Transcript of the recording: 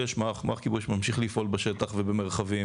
מערך כיבוי אש ממשיך לפעול בשטח ובמרחבים,